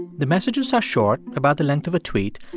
the messages are short, about the length of a tweet,